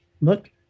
look